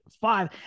five